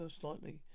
slightly